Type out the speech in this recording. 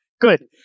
good